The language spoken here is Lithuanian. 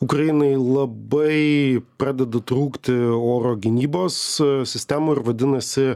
ukrainai labai pradeda trūkti oro gynybos sistemų ir vadinasi